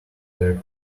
their